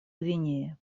гвинее